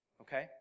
Okay